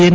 N